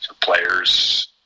players